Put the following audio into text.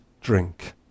drink